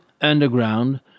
underground